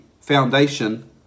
foundation